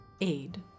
aid